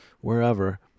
wherever